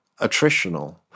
attritional